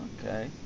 Okay